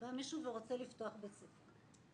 שבא מישהו ורוצה לפתוח בית ספר.